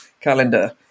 calendar